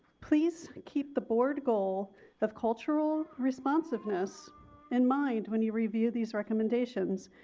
please keep the board goal of cultural responsiveness in mind when you review these recommendations.